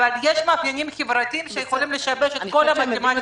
יש מאפיינים חברתיים שיכולים לשבש את כל המתמטיקה.